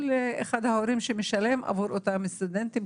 או לאחד ההורים שמשלם עבור אותם סטודנטים,